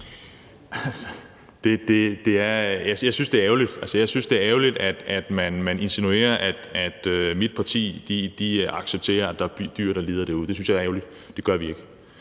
jeg synes, det er ærgerligt, at man insinuerer, at mit parti accepterer, at der er dyr derude, der lider. Det synes jeg er ærgerligt. Det gør vi ikke.